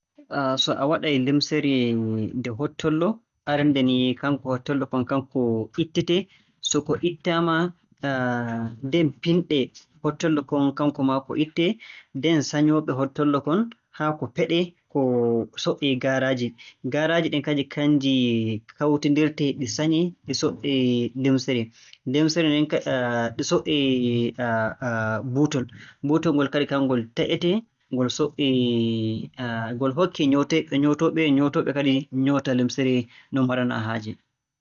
So a waɗay limsere nde hottollo, arannde ni kanko hottollo kon kanko ittetee, so ko ittaama, nden pinɗe hottollo kon kanko maa ko ittee. Nden sanyooɓe hottollo kon haa ko peɗee ko soƴƴee gaaraaji. Gaaraaji ɗin kadi kannji kawtindirtee ɗe sanyee ɗi soƴƴee limsere - limsere nden - ɗi soƴƴee buutol. Buutol ngol kadi kanngol taƴetee, ngol soƴƴee - ngol hokkee nyooteeɓ - nyootooɓe, nyootooɓe kadi nyoota limsere no maranaa haaje.